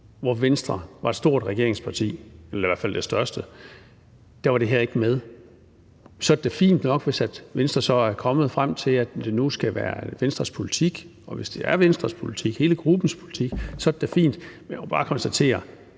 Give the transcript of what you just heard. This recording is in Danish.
hvor Venstre var det store regeringsparti, eller i hvert fald det største. Så er det da fint nok, hvis Venstre så er kommet frem til, at det nu skal være Venstres politik, og hvis det er Venstres politik, hele gruppens politik, så er det da fint. Men jeg må bare konstatere,